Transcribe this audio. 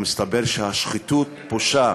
ומסתבר שהשחיתות פושה